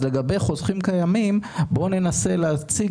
אז לגבי חוסכים קיימים בואו ננסה להציג